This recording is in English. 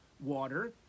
water